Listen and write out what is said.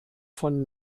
von